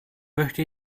möchte